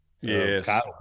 Yes